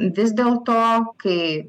vis dėlto kai